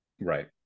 right